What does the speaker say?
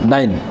Nine